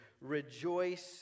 rejoice